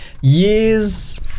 years